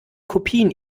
kopien